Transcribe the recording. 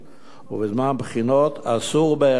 ובזמן הבחינות אסור בהחלט.